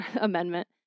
Amendment